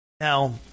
Now